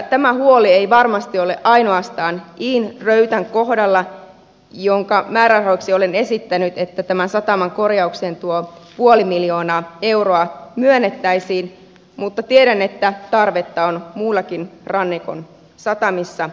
tämä huoli ei varmasti ole ainoastaan iin röytän kohdalla jonka määrärahoiksi olen esittänyt että tämän sataman korjaukseen tuo puoli miljoonaa euroa myönnettäisiin mutta tiedän että tarvetta on muissakin rannikon satamissa ja saarissa